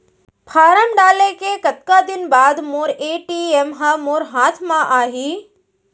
Form डाले के कतका दिन बाद मोर ए.टी.एम ह मोर हाथ म आही?